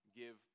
give